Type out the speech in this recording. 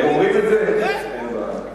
הם אומרים את זה, הם אומרים את זה?